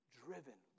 driven